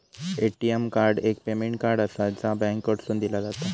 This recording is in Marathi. ए.टी.एम कार्ड एक पेमेंट कार्ड आसा, जा बँकेकडसून दिला जाता